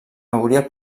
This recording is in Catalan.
hauria